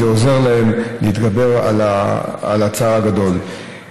וזה עוזר להם להתגבר על הצער הגדול.